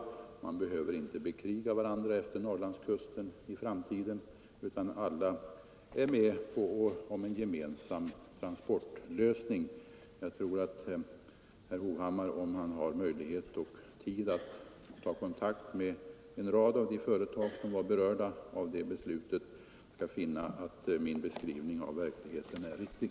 Bussföretagen behöver inte kriga med varandra efter Nr 111 Norrlandskusten i framtiden, utan alla är med om en gemensam trans Torsdagen den portlösning. Jag tror att herr Hovhammar — om han har tid och möjlighet 31 oktober 1974 att ta kontakt med några av de företag som berördes av beslutet — skall